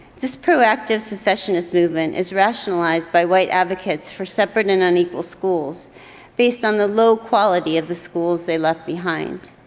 this proactive secessionist movement is rationalized by white advocates for separate and unequal schools based on the low quality of the schools they left behind.